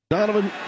Donovan